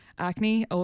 Acne